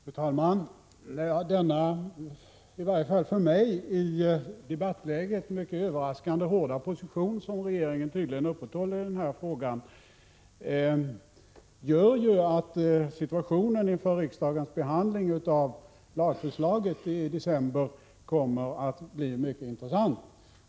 Fru talman! Den i varje fall för mig i debattläget överraskande hårda position som regeringen upprätthåller i den här frågan gör att situationen inför riksdagens behandling av lagförslaget i december kommer att bli mycket intressant.